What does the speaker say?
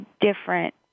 different